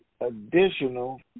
additional